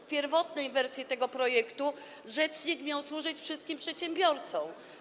W pierwotnej wersji tego projektu rzecznik miał służyć wszystkim przedsiębiorcom.